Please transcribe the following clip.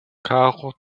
carro